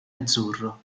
azzurro